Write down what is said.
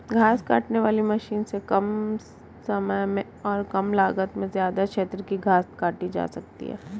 घास काटने वाली मशीन से कम समय और कम लागत में ज्यदा क्षेत्र की घास काटी जा सकती है